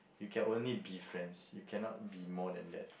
you can only be friends you cannot be more than that